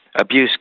abuse